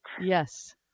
Yes